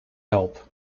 help